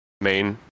Main